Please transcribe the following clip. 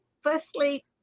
firstly